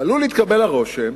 עלול להתקבל הרושם